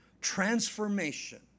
Transformation